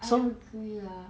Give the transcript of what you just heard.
I agree lah